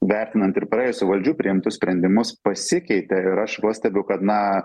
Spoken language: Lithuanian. vertinant ir praėjusių valdžių priimtus sprendimus pasikeitė ir aš pastebiu kad na